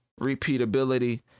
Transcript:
repeatability